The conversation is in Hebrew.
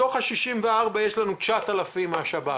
מתוכם יש לנו 9,000 מהשב"כ,